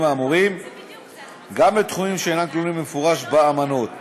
האמורים גם לתחומים שאינם כלולים במפורש באמנות,